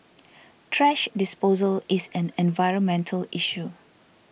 thrash disposal is an environmental issue